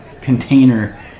container